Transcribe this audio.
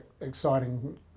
exciting